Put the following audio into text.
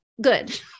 good